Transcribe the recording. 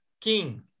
king